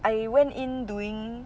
I went in doing